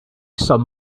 some